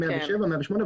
האם 107 או 108,